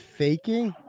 faking